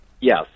yes